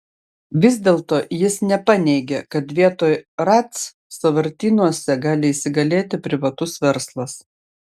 vis dėlto jis nepaneigė kad vietoj ratc sąvartynuose gali įsigalėti privatus verslas